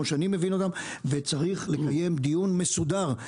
שאני מבין אותן - וצריך לקיים דיון מסודר.